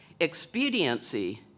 Expediency